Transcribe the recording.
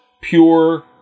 pure